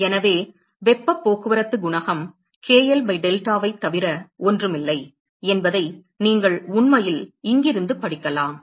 எனவே வெப்பப் போக்குவரத்து குணகம் k l பை டெல்டாவை தவிர ஒன்றும் இல்லை என்பதை நீங்கள் உண்மையில் இங்கிருந்து படிக்கலாம்